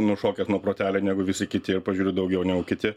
nušokęs nuo protelio negu visi kiti ir pažiūriu daugiau negu kiti